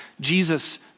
Jesus